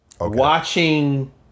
watching